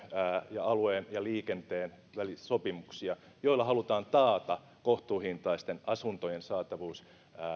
asumisen ja liikenteen välisiä sopimuksia joilla halutaan taata kohtuuhintaisten asuntojen saatavuus